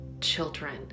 children